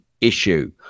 issue